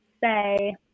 say